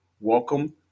welcome